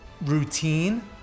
routine